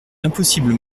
impossible